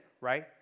right